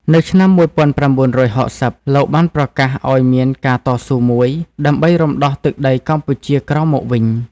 នៅឆ្នាំ ១៩៦០ លោកបានប្រកាសឱ្យមានការតស៊ូមួយ ដើម្បីរំដោះទឹកដីកម្ពុជាក្រោមមកវិញ ។